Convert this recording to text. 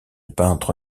peintre